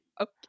okay